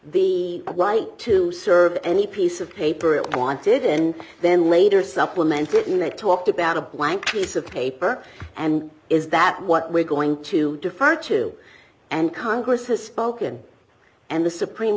the light to serve any piece of paper it wanted in then later supplement it and they talked about a blank piece of paper and is that what we're going to defer to and congress has spoken and the supreme